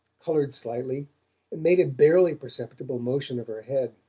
coloured slightly, and made a barely perceptible motion of her head.